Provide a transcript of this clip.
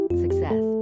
success